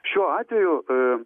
šiuo atveju